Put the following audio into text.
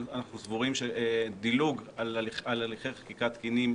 אנחנו סבורים שדילוג על הליכי חקיקה תקינים,